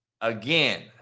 Again